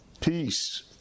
peace